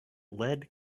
lead